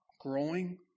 growing